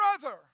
brother